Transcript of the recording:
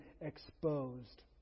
exposed